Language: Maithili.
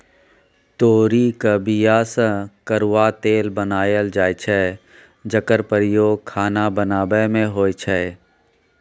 तोरीक बीया सँ करुआ तेल बनाएल जाइ छै जकर प्रयोग खाना बनाबै मे होइ छै